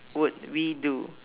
would we do